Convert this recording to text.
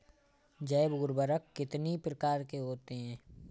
जैव उर्वरक कितनी प्रकार के होते हैं?